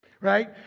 right